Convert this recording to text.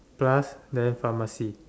plus then pharmacy